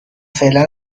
فعلا